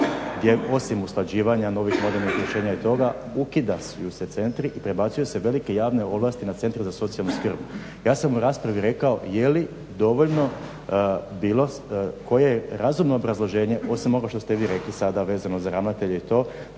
gdje osim usklađivanja novih … rješenja i toga ukidaju se centri i prebacuju se velike javne ovlasti na centre za socijalnu skrb. Ja sam u raspravi rekao jeli dovoljno bilo koje razumno obrazloženje, osim ovo što ste vi rekli sada vezano za ravnatelje i to,